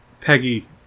Peggy